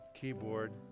keyboard